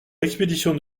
l’expédition